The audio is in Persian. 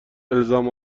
الزام